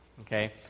Okay